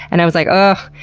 and i was like, ugh,